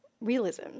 realism